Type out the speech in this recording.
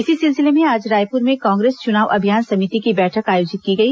इसी सिलसिले में आज रायपुर में कांग्रेस चुनाव अभियान समिति की बैठक आयोजित की गई